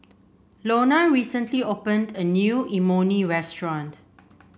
Lonna recently opened a new Imoni restaurant